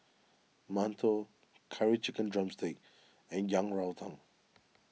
Mantou Curry Chicken Drumstick and Yang Rou Tang